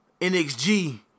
NXG